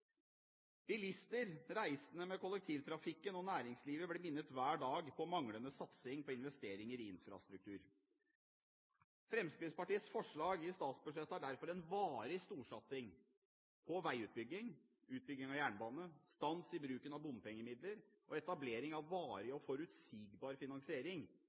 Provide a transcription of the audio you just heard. Bilister, reisende med kollektivtrafikk og næringslivet blir hver dag minnet på manglende satsing på investering i infrastruktur. Fremskrittspartiets forslag i statsbudsjettet er derfor en varig storsatsing på veiutbygging, utbygging av jernbane, stans i bruken av bompengemidler, og etablering av varig og forutsigbar finansiering